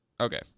Okay